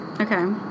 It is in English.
Okay